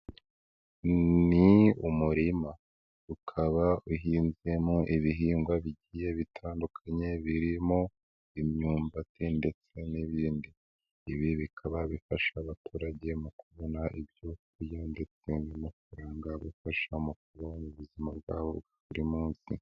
Ni umurima ukaba uhinzemo ibihingwa bigiye bitandukanye, birimo imyumbati ndetse n'ibindi. Ibi bikaba bifasha abaturage mu kubona ibyo kurya ndetse n'amafaranga bifasha mu kubaho ubuzima bwabo buri munsi.